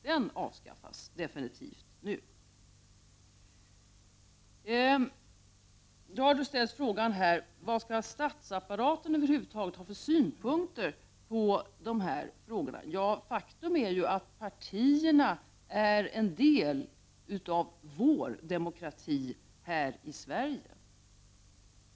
Då har här ställts frågan: Vad skall statsapparaten över huvud taget ha för synpunkter på de här frågorna? Ja, faktum är att partierna är en del av vår demokrati här i Sverige.